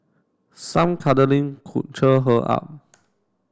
some cuddling could cheer her up